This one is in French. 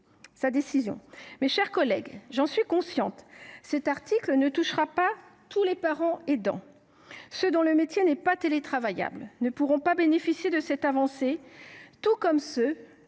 sa décision. Mes chers collègues, j’en suis consciente, cet article ne touchera pas tous les parents aidants. Ceux dont le métier n’est pas télétravaillable ne pourront pas bénéficier de cette avancée, tout comme ceux